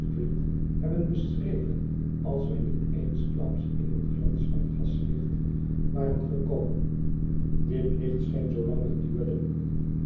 hebben beschreven als wij niet eensklaps in een glans van gaslicht waren gekomen dit licht scheen zoolang het duurde